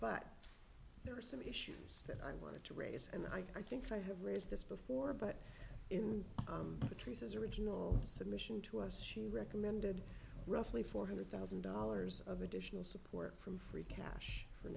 but there were some issues that i wanted to raise and i think i have raised this before but in between his original submission to us she recommended roughly four hundred thousand dollars of additional support from free cash for